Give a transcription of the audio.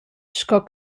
sco